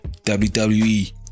WWE